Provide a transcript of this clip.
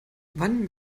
wann